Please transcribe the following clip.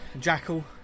jackal